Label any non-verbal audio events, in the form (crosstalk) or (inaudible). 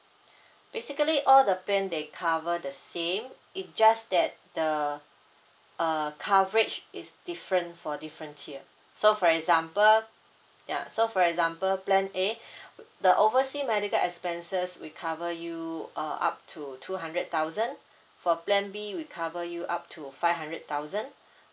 (breath) basically all the plan they cover the same it just that the uh coverage is different for different tier so for example ya so for example plan a (breath) the overseas medical expenses we cover you uh up to two hundred thousand (breath) for plan B we cover you up to five hundred thousand (breath)